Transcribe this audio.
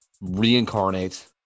reincarnate